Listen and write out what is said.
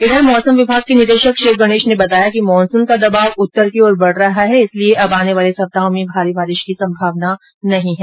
इधर मौसम विभाग के निदेषक षिव गणेष ने बताया मानसून का दबाव उत्तर की ओर बढ रहा है इसलिए अब आने वाले सप्ताह में भारी बारिष की संभावना नहीं है